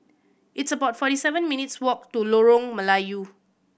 it's about forty seven minutes' walk to Lorong Melayu